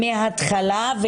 מההתחלה,